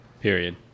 Period